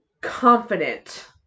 Confident